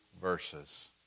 verses